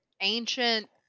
ancient